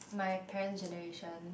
my parent generation